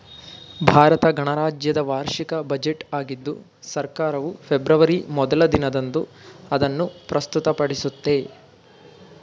ಭಾರತ ಗಣರಾಜ್ಯದ ವಾರ್ಷಿಕ ಬಜೆಟ್ ಆಗಿದ್ದು ಸರ್ಕಾರವು ಫೆಬ್ರವರಿ ಮೊದ್ಲ ದಿನದಂದು ಅದನ್ನು ಪ್ರಸ್ತುತಪಡಿಸುತ್ತೆ